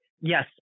yes